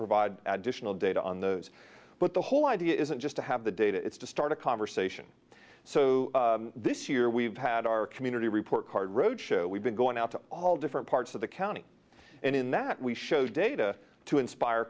provide additional data on those but the whole idea isn't just to have the data it's to start a conversation so this year we've had our community report card road show we've been going out to all different parts of the county and in that we show data to inspire